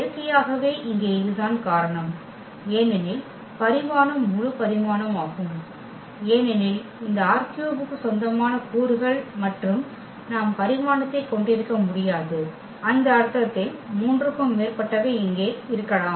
இயற்கையாகவே இங்கே இதுதான் காரணம் ஏனெனில் பரிமாணம் முழு பரிமாணமாகும் ஏனெனில் இந்த R3 க்கு சொந்தமான கூறுகள் மற்றும் நாம் பரிமாணத்தை கொண்டிருக்க முடியாது அந்த அர்த்தத்தில் 3 க்கும் மேற்பட்டவை இங்கே இருக்கலாம்